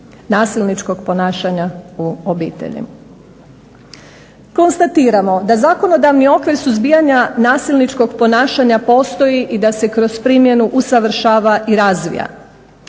nasilničkog ponašanja u obitelji. Konstatiramo da zakonodavni okvir suzbijanja nasilničkog ponašanja postoji i da se kroz primjenu usavršava i razvija.